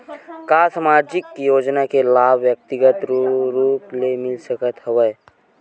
का सामाजिक योजना के लाभ व्यक्तिगत रूप ले मिल सकत हवय?